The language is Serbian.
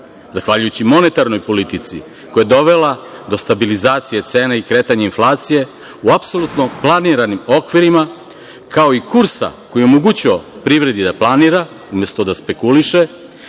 Zahvaljujući monetarnoj politici koja je dovela do stabilizacije cena i kretanja inflacije u apsolutno planiranim okvirima kao i kursa koji je omogućio privredi da planira umesto da spekuliše,